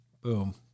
boom